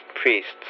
priests